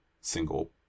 single